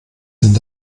sind